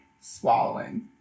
swallowing